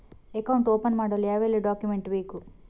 Account open ಮಾಡಲು ಯಾವೆಲ್ಲ document ಬೇಕು?